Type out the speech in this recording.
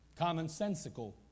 commonsensical